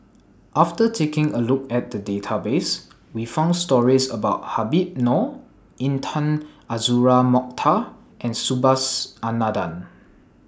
after taking A Look At The Database We found stories about Habib Noh Intan Azura Mokhtar and Subhas Anandan